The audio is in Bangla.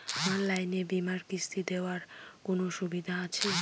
অনলাইনে বীমার কিস্তি দেওয়ার কোন সুবিধে আছে?